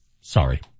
Sorry